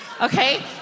Okay